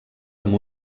amb